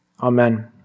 Amen